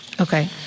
Okay